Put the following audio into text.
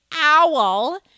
owl